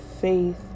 faith